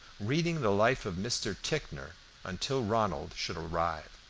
reading the life of mr. ticknor until ronald should arrive.